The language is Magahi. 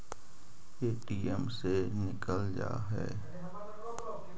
ए.टी.एम से निकल जा है?